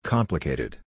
Complicated